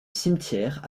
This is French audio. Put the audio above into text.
cimetière